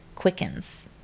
quickens